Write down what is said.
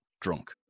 drunk